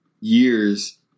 years